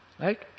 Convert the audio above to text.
Right